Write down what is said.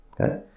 okay